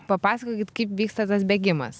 papasakokit kaip vyksta tas bėgimas